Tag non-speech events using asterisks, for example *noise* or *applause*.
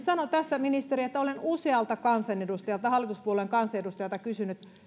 *unintelligible* sanon tässä ministeri että olen usealta kansanedustajalta hallituspuolueen kansanedustajalta kysynyt